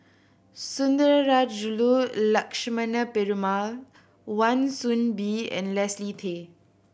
Sundarajulu Lakshmana Perumal Wan Soon Bee and Leslie Tay